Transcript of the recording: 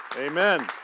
Amen